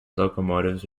locomotives